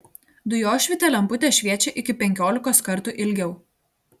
dujošvytė lemputė šviečia iki penkiolikos kartų ilgiau